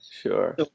sure